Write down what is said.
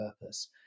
purpose